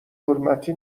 حرمتی